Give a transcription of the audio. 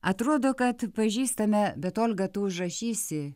atrodo kad pažįstame bet olga tu užrašysi